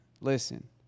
Listen